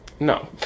no